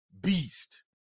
beast